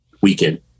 weekend